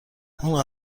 اون